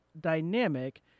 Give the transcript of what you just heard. dynamic